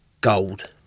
gold